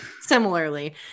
similarly